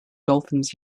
dolphins